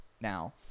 now